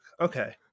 Okay